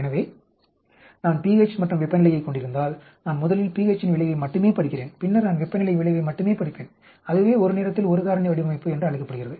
எனவே நான் pH மற்றும் வெப்பநிலையைக் கொண்டிருந்தால் நான் முதலில் pH இன் விளைவை மட்டுமே படிக்கிறேன் பின்னர் நான் வெப்பநிலை விளைவை மட்டுமே படிப்பேன் அதுவே ஒரு நேரத்தில் ஒரு காரணி வடிவமைப்பு என்று அழைக்கப்படுகிறது